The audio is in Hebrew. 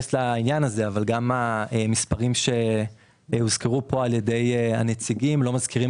גם המספרים שהוזכרו פה על ידי הנציגים לא מזכירים